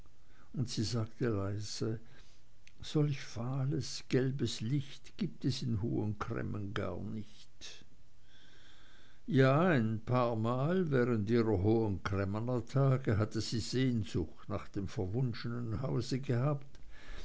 und sie sagte leise solch fahles gelbes licht gibt es in hohen cremmen gar nicht ja ein paarmal während ihrer hohen cremmer tage hatte sie sehnsucht nach dem verwunschenen hause gehabt